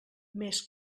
més